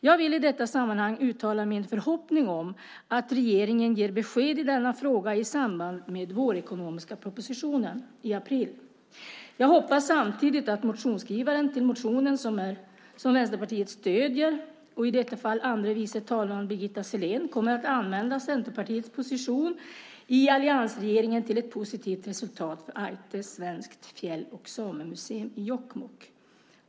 Jag vill i detta sammanhang uttala min förhoppning om att regeringen ger besked i denna fråga i samband med den ekonomiska vårpropositionen i april. Jag hoppas samtidigt att den som har skrivit motionen, som Vänsterpartiet stöder, andre vice talman Birgitta Sellén, kommer att använda Centerpartiets position i alliansregeringen till ett positivt resultat för Ájtte Svenskt fjäll och samemuseum i Jokkmokk.